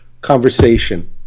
conversation